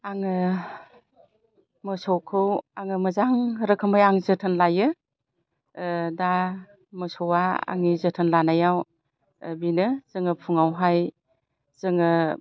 आङो मोसौखौ आङो मोजां रोखोमै आं जोथोन लायो दा मोसौआ आंनि जोथोन लानायाव बिनो जोङो फुङावहाय जोङो